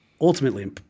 ultimately